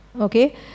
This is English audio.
Okay